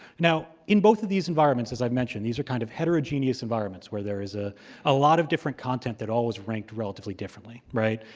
now, in both of these environments, as i've mentioned, these are kind of heterogeneous environments, where there is a ah lot of different content that always ranked relatively differently, right?